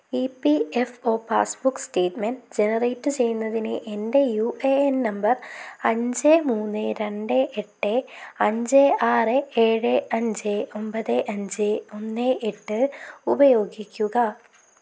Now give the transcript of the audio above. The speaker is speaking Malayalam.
E P F O passbook statement generate ചെയ്യുന്നതിന് എന്റെ യു എ എൻ നമ്പർ അഞ്ച് മൂന്ന് രണ്ട് എട്ട് അഞ്ച് ആറ് ഏഴ് അഞ്ച് ഒമ്പത് അഞ്ച് ഒന്ന് എട്ട് ഉപയോഗിക്കുക